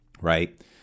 right